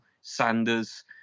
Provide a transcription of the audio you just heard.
Sanders